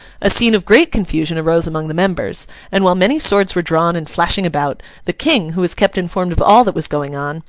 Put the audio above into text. a scene of great confusion arose among the members and while many swords were drawn and flashing about, the king, who was kept informed of all that was going on,